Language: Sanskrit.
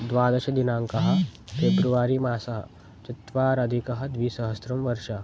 द्वादशदिनाङ्कः फेब्रुवरि मासस्य चतुरधिकः द्विसहस्रतमः वर्षः